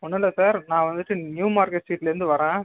ஒன்றும் இல்லை சார் நான் வந்துவிட்டு நியூ மார்க்கெட் ஸ்ட்ரீட்லேந்து வரன்